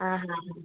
ആ ആ